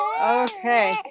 Okay